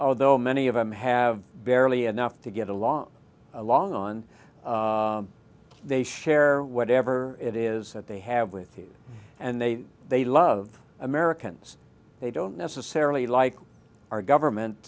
although many of them have barely enough to get along along on they share whatever it is that they have with you and they they love americans they don't necessarily like our government